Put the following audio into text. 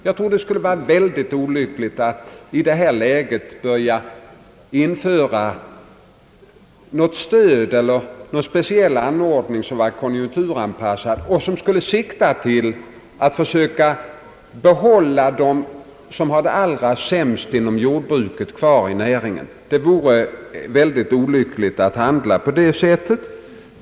Jag tror att det skulle vara mycket olyckligt att i detta läge införa någon speciell anordning som skulle vara konjunkturanpassad och sikta till att de som har det allra sämst i jordbruket skall hållas kvar inom näringen.